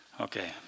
Okay